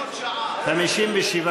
לסעיף 1 לא נתקבלה.